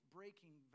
breaking